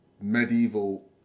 medieval